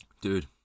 Dude